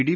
D